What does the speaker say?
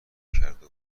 کردو